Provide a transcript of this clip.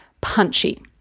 punchy